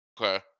Okay